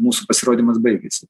mūsų pasirodymas baigėsi